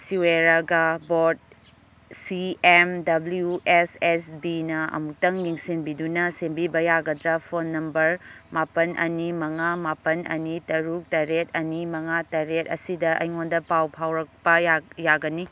ꯁꯤꯋꯦꯔꯒꯥ board C M W S S ꯕꯤꯅ ꯑꯃꯨꯛꯇꯪ ꯌꯦꯡꯁꯤꯟꯕꯤꯗꯨꯅ ꯁꯦꯝꯕꯤꯕ ꯌꯥꯒꯗ꯭ꯔ ꯐꯣꯟ ꯅꯝꯕꯔ ꯃꯥꯄꯜ ꯑꯅꯤ ꯃꯉꯥ ꯃꯥꯄꯜ ꯑꯅꯤ ꯇꯔꯨꯛ ꯇꯔꯦꯠ ꯑꯅꯤ ꯃꯉꯥ ꯇꯔꯦꯠ ꯑꯁꯤꯗꯑꯩꯉꯣꯟꯗ ꯄꯥꯎ ꯐꯥꯎꯔꯛꯄ ꯌꯥꯒꯒꯅꯤ